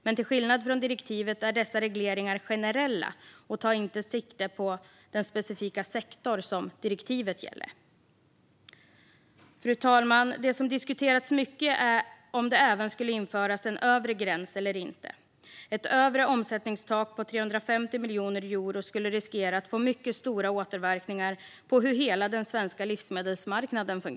Men till skillnad från direktivet är dessa regleringar generella och tar inte sikte på den specifika sektor som direktivet gäller. Fru talman! Det har diskuterats mycket om det även skulle införas en övre gräns eller inte. Ett övre omsättningstak på 350 miljoner euro skulle riskera att leda till mycket stora återverkningar på hela den svenska livsmedelsmarknaden.